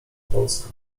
polska